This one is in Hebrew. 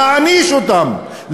להעניש אותם,